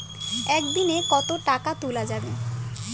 একদিন এ কতো টাকা তুলা যাবে?